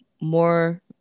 more